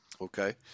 Okay